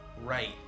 Right